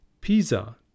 Pisa